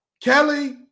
Kelly